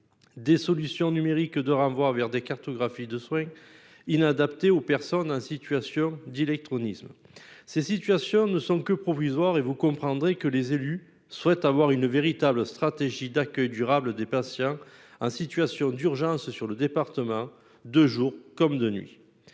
aux solutions numériques de renvoi vers des systèmes de cartographie des soins, elles sont inadaptées aux personnes en situation d'illectronisme. Ces situations ne sont que provisoires, et vous comprendrez que les élus souhaiteraient avoir une véritable stratégie d'accueil durable des patients en situation d'urgence dans le département, de jour comme de nuit.